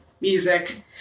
music